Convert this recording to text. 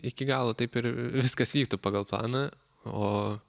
iki galo taip ir viskas vyktų pagal planą o